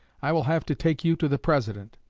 i will have to take you to the president.